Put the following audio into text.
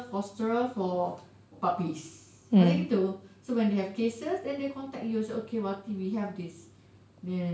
fosterer for puppies macam gitu so when they have cases then they contact you say okay wati we have this then